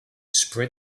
spread